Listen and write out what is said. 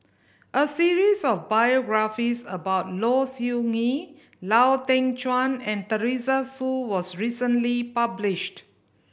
a series of biographies about Low Siew Nghee Lau Teng Chuan and Teresa Hsu was recently published